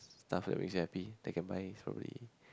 stuff will receive happy that can buy it probably